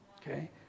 okay